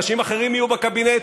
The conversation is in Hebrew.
אנשים אחרים יהיו בקבינט,